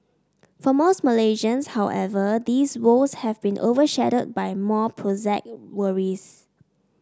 for most Malaysians however these woes have been overshadowed by more prosaic worries